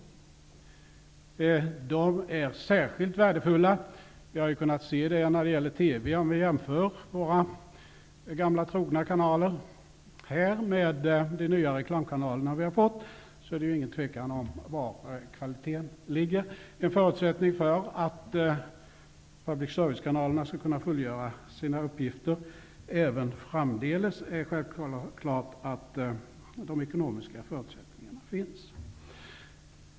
De är särskilt värdefulla. Vi kan ju jämföra våra gamla trogna TV-kanaler med de nya reklamkanalerna. Det råder ingen tvekan om var kvaliteten finns. En förutsättning för att public service-kanalerna skall kunna fullgöra sina uppgifter även framdeles är självklart att pengarna finns.